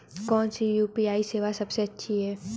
कौन सी यू.पी.आई सेवा सबसे अच्छी है?